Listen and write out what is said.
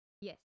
Yes